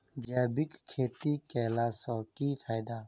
जैविक खेती केला सऽ की फायदा?